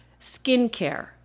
skincare